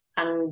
ang